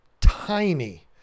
tiny